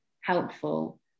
helpful